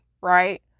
right